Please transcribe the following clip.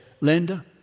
Linda